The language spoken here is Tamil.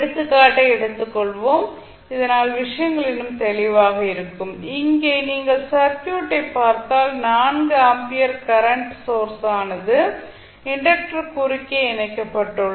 ஒரு எடுத்துக்காட்டை எடுத்துக் கொள்வோம் இதனால் விஷயங்கள் இன்னும் தெளிவாக இருக்கும் இங்கே நீங்கள் சர்க்யூட்டை பார்த்தால் 4 ஆம்பியர் கரண்ட் சோர்ஸானது இண்டக்டர் குறுக்கே இணைக்கப்பட்டுள்ளது